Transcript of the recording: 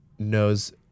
knows